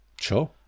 Sure